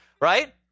right